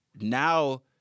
now